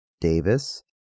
Davis